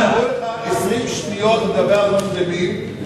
נשארו לך 20 שניות לדבר על המוסלמים,